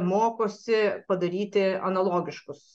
mokosi padaryti analogiškus